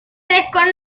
desconoce